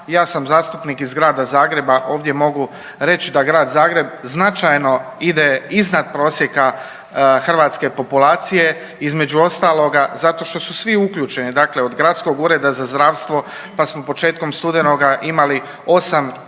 Ja sam zastupnik iz Grada Zagreba, ovdje mogu reć da Grad Zagreb značajno ide iznad prosjeka hrvatske populacije, između ostaloga zato što su svi uključeni, dakle od Gradskog ureda za zdravstvo, pa smo početkom studenoga imali 8 cjepnih